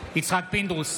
יצחק פינדרוס,